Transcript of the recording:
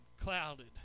clouded